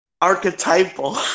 archetypal